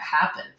happen